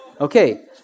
Okay